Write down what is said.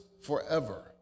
forever